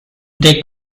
they